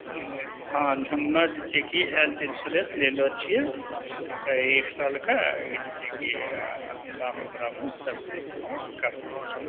हँ हमे जे छै कि हेल्थ इन्श्योरेंस लेलो छियै एक सालके ई जे छै कि हमरामे ओकरामे सब चीज छै कवर छै